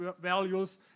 values